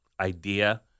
idea